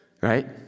Right